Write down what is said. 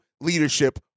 leadership